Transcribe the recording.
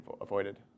avoided